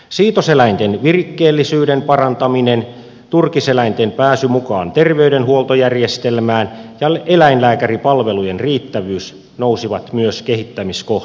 siitoseläinten virikkeellisyyden parantaminen turkiseläinten pääsy mukaan terveydenhuoltojärjestelmään ja eläinlääkäripalvelujen riittävyys nousivat myös kehittämiskohteiksi